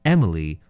Emily